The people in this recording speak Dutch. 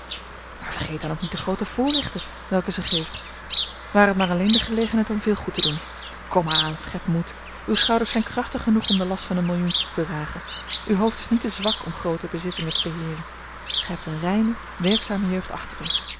maar vergeet dan ook niet de groote voorrechten welke zij geeft ware t maar alleen de gelegenheid om veel goed te doen komaan schep moed uwe schouders zijn krachtig genoeg om den last van een millioentje te dragen uw hoofd is niet te zwak om groote bezittingen te beheeren gij hebt eene reine werkzame jeugd achter u